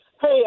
Hey